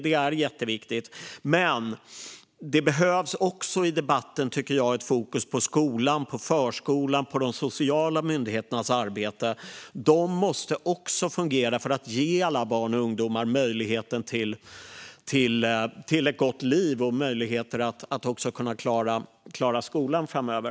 Men jag tycker också att det i debatten behövs ett fokus på skolan, på förskolan och på de sociala myndigheternas arbete. De måste också fungera för att ge alla barn och ungdomar möjlighet till ett gott liv och möjligheter att klara skolan framöver.